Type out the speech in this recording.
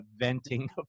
venting